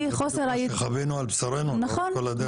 חווינו על בשרנו לאורך כל הדרך.